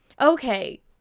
Okay